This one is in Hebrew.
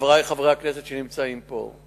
וחברי חברי הכנסת שנמצאים פה: